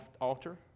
altar